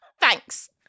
Thanks